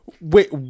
Wait